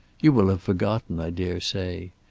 you will have forgotten, i dare say.